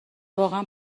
واقعا